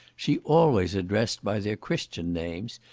she always addressed by their christian names,